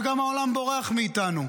וגם העולם בורח מאיתנו,